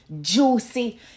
juicy